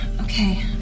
okay